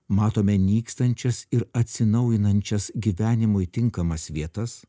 matome nykstančias ir atsinaujinančias gyvenimui tinkamas vietas